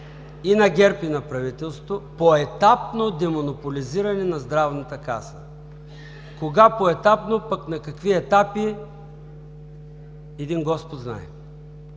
и на ГЕРБ, и на правителството, поетапно демонополизиране на Здравната каса. Кога поетапно, пък на какви етапи – един Господ знае.